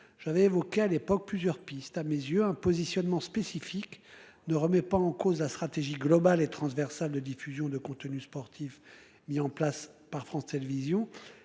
J'avais évoqué qu'à l'époque plusieurs pistes à mes yeux un positionnement spécifique ne remet pas en cause la stratégie globale et transversale de diffusion de contenus sportifs mis en place par France Télévisions